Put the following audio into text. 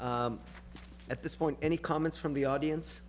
ok at this point any comments from the audience